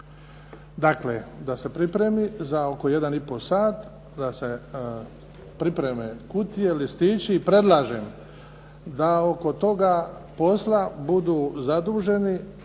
Dakle, da se pripremi za oko 1 i pol sat da se pripreme kutije, listići i predlažem da oko toga posla budu zaduženi